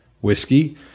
whiskey